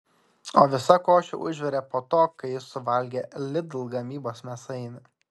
o visa košė užvirė po to kai jis suvalgė lidl gamybos mėsainį